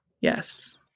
Yes